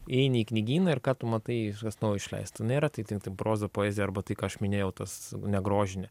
įeini į knygyną ir ką tu matai kažkas naujo išleista nėra tai tiktai proza poezija arba tai ką aš minėjau tas negrožinė